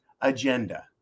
agenda